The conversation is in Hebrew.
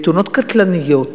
לתאונות קטלניות,